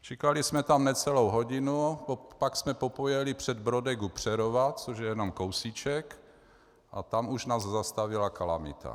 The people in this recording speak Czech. Čekali jsme tam necelou hodinu, pak jsme popojeli před Brodek u Přerova, což je jenom kousíček, a tam už nás zastavila kalamita.